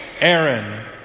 Aaron